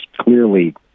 clearly